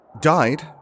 Died